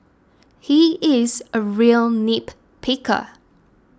he is a real nitpicker